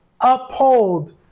uphold